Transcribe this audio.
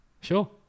Sure